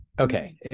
Okay